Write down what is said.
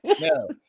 no